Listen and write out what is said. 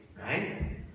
right